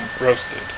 Roasted